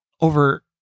over